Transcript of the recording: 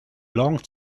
long